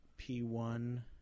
P1